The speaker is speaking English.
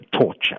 torture